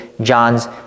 John's